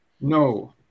No